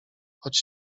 choć